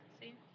see